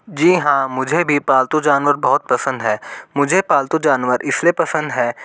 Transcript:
जी हाँ मुझे भी पालतू जानवर बहुत पसंद है मुझे पालतू जानवर इस लिए पसंद है